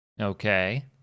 Okay